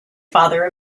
father